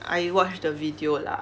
I watched the video lah